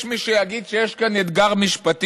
יש מי שיגיד שיש כאן אתגר משפטי,